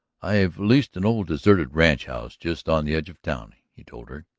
i have leased an old, deserted ranch-house just on the edge of town, he told her.